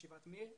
ישיבת מיר,